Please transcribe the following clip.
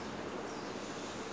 can lah I will still